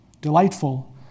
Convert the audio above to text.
delightful